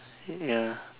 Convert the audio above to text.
ya